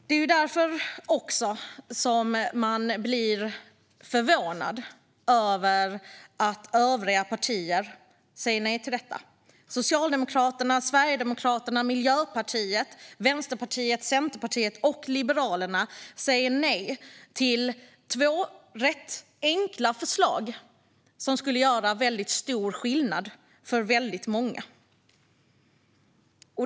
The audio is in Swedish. Man blir därför förvånad över att övriga partier säger nej till detta. Socialdemokraterna, Sverigedemokraterna, Miljöpartiet, Vänsterpartiet, Centerpartiet och Liberalerna säger nej till två ganska enkla förslag, som skulle göra stor skillnad för väldigt många.